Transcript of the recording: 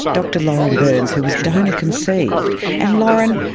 dr lauren burns, who was donor-conceived. and lauren,